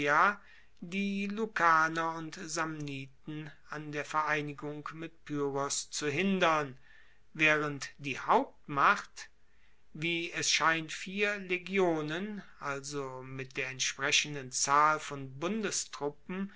die lucaner und samniten an der vereinigung mit pyrrhos zu hindern waehrend die hauptmacht wie es scheint vier legionen also mit der entsprechenden zahl von